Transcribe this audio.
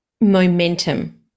momentum